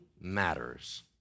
matters